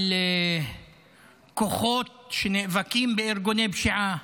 על כוחות שנאבקים בארגוני פשיעה.